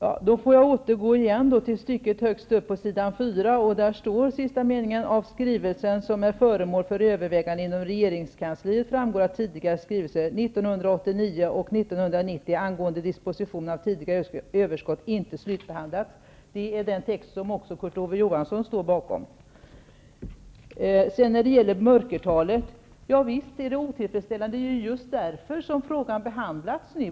Herr talman! Jag återgår igen till stycket högst upp på sidan 4 i betänkandet. Där står: ''Av skrivelsen, som är föremål för överväganden inom regeringskansliet, framgår att tidigare skrivelser -- 1989 och 1990 -- angående disposition av tidigare överskott inte slutbehandlats.'' Det är den text som också Kurt Ove Johansson står bakom. Vidare har vi frågan om mörkertalet. Visst är det otillfredsställande. Det är just därför som frågan behandlas nu.